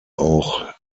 auch